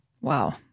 Wow